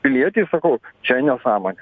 pilietis sakau čia nesąmonė